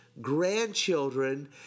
Grandchildren